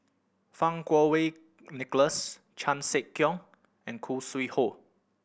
Fang Kuo Wei Nicholas Chan Sek Keong and Khoo Sui Hoe